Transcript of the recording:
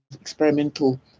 experimental